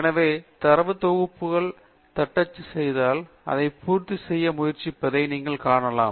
எனவே தரவுத் தொகுப்புகளை நான் தட்டச்சு செய்தால் அதைப் பூர்த்தி செய்ய முயற்சிப்பதை நீங்கள் காணலாம்